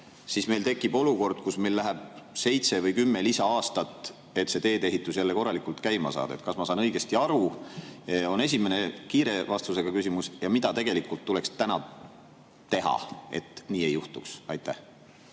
siis meil tekib olukord, kus meil läheb seitse või kümme lisa-aastat, et teedeehitus jälle korralikult käima saada. Kas ma saan õigesti aru, on esimene kiire vastusega küsimus. Ja mida tegelikult tuleks täna teha, et nii ei juhtuks? Aitäh,